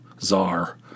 czar